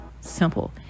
Simple